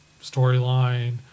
storyline